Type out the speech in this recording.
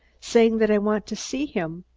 saying that i want to see him.